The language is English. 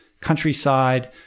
countryside